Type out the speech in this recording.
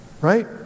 right